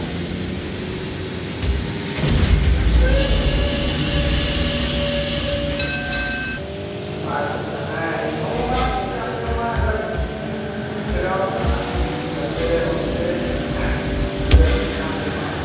ᱟᱪᱪᱷᱟ ᱪᱷᱟ ᱦᱮᱸ ᱤᱧ ᱦᱚᱸ ᱚᱱᱟᱛᱮᱜᱮ ᱟᱯᱮ ᱚᱱᱟ ᱮᱞᱟᱠᱟ ᱥᱮᱱ ᱯᱷᱳᱱᱤᱧ ᱞᱟᱜᱟᱣ ᱟᱠᱟᱫᱼᱟ ᱡᱟᱛᱮ ᱚᱱᱛᱮ ᱜᱤᱫᱟᱹᱨ ᱠᱩᱧ ᱧᱟᱢ ᱯᱮᱢᱟ